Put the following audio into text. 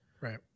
Right